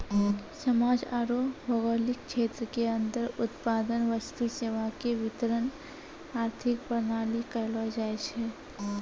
समाज आरू भौगोलिक क्षेत्र के अन्दर उत्पादन वस्तु सेवा के वितरण आर्थिक प्रणाली कहलो जायछै